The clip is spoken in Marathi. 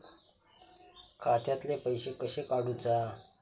खात्यातले पैसे कशे काडूचा?